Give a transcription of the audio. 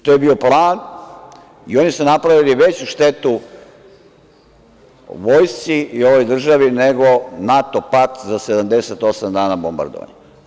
To je bio plan i oni su napravili veću štetu vojsci i ovoj državi nego NATO pakt za 78 dana bombardovanja.